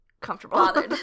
comfortable